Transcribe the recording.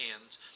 hands